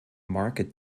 market